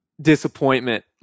disappointment